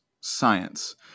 science